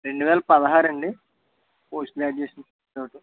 రెండు వేల పదహారు అండి పోస్ట్ గ్రాడ్యుయేషన్ రోజు